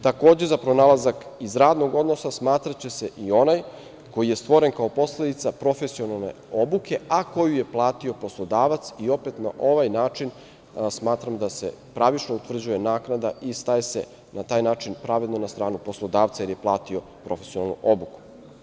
Takođe, za pronalazak iz radnog odnosa smatraće se i onaj koji je stvoren kao posledica profesionalne obuke, a koju je platio poslodavac i opet na ovaj način smatram da se pravično utvrđuje naknada i staje se na taj način pravedno na stranu poslodavca jer je platio profesionalnu obuku.